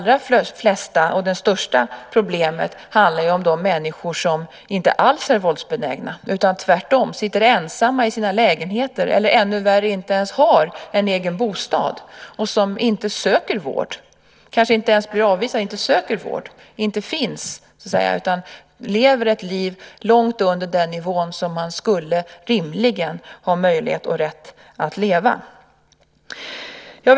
Det största problemet handlar om de människor som inte alls är våldsbenägna utan tvärtom sitter ensamma i sina lägenheter eller, ännu värre, inte ens har en egen bostad och inte söker vård. De kanske inte ens blir avvisade eftersom de inte söker vård. De finns inte, utan de lever ett liv långt under den nivå som man rimligen skulle ha möjlighet och rätt att leva på.